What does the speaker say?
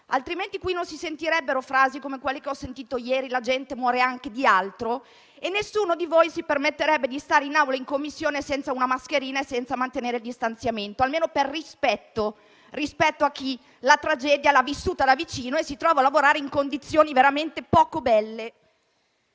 altrimenti, non si sentirebbero frasi come quelle che ho sentito pronunciare ieri («la gente muore anche di altro»). E nessuno di voi si permetterebbe di stare in Aula o in Commissione senza mascherina e senza mantenere il distanziamento, almeno per rispetto nei confronti di chi la tragedia l'ha vissuta da vicino e si trova a lavorare in condizioni veramente poco belle.